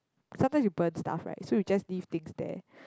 sometimes we burn stuff right so we just leave things there